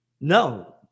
No